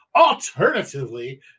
Alternatively